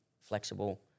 flexible